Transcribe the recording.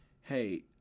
hey